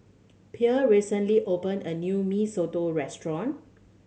Pierre recently opened a new Mee Soto restaurant